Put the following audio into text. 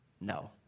No